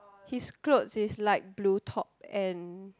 his clothes is like blue top and